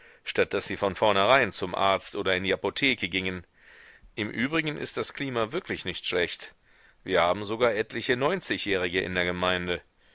statt daß sie von vornherein zum arzt oder in die apotheke gingen im übrigen ist das klima wirklich nicht schlecht wir haben sogar etliche neunzigjährige in der gemeinde